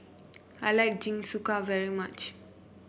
I like Jingisukan very much